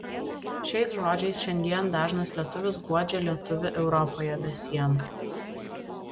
šiais žodžiais šiandien dažnas lietuvis guodžia lietuvį europoje be sienų